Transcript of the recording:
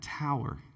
tower